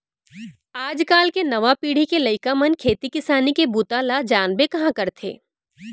आज काल के नवा पीढ़ी के लइका मन खेती किसानी के बूता ल जानबे कहॉं करथे